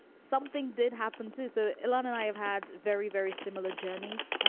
something did happen to so long and i have had very, very similar journeys.